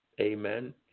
amen